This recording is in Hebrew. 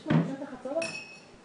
שמנסים לפרק את הזהות המשותפת שלנו,